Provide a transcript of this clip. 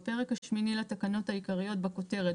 בפרק השמיני לתקנות העיקריות בכותרת,